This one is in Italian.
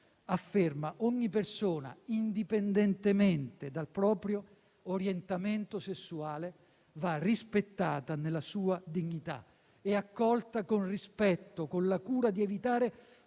afferma: «ogni persona, indipendentemente dal proprio orientamento sessuale, va rispettata nella sua dignità e accolta con rispetto, con la cura di evitare